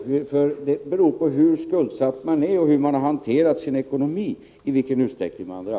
I vilken utsträckning man drabbas av effekterna beror på hur skuldsatt man är och hur man har hanterat sin ekonomi.